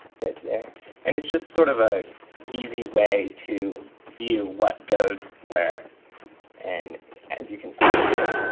there to there. and it's just sort of a easy way to view what goes where and as you can see here,